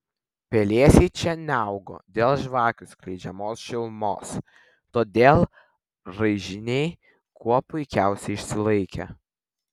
pelėsiai čia neaugo dėl žvakių skleidžiamos šilumos todėl raižiniai kuo puikiausiai išsilaikė